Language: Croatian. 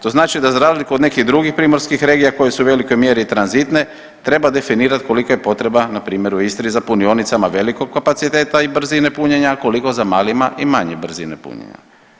To znači da za razliku od nekih drugih primorskih regija koje su u velikoj mjeri tranzitne treba definirat kolika je potreba npr. u Istri za punionicama velikog kapaciteta i brzine punjenja, a koliko za malima i male brzine punjenja.